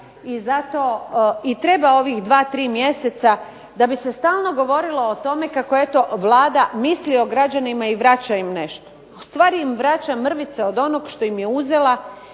i treba ovih 2, 3 mjeseca da bi se stalno govorilo o tome kako eto Vlada misli o građanima i vraća im nešto. Ustvari im vraća mrvice od onog što im je uzela.